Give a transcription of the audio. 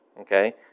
okay